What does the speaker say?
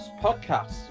podcast